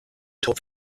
topf